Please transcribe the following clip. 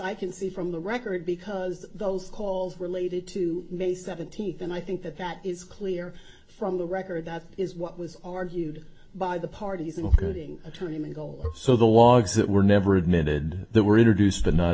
i can see from the record because those calls related to may seventeenth and i think that that is clear from the record that is what was argued by the parties including a two so the logs that were never admitted that were introduced the not